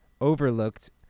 overlooked